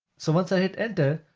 so once i hit enter,